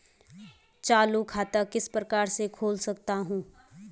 चालू खाता किस प्रकार से खोल सकता हूँ?